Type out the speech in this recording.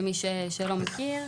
למי שלא מכיר.